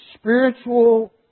spiritual